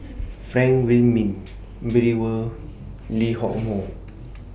Frank Wilmin Brewer Lee Hock Moh